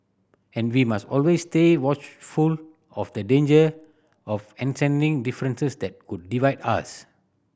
and we must always stay watchful of the danger of differences that could divide us